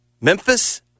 Memphis